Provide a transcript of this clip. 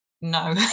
no